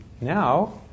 now